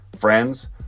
friends